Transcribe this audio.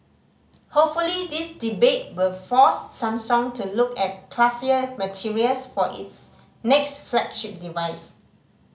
hopefully this debate will force Samsung to look at classier materials for its next flagship device